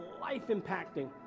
life-impacting